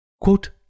Quote